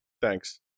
Thanks